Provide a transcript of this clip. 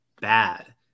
bad